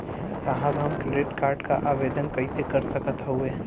साहब हम credit card क आवेदन कइसे कर सकत हई?